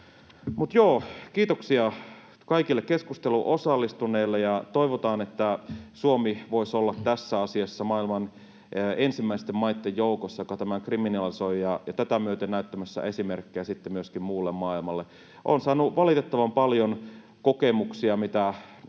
Mutta joo, kiitoksia kaikille keskusteluun osallistuneille, ja toivotaan, että Suomi voisi olla tässä asiassa maailman ensimmäisten maitten joukossa, joka tämän kriminalisoi, ja tätä myöten näyttämässä esimerkkiä myöskin muulle maailmalle. Olen saanut valitettavan paljon kokemuksia, mitä pojat,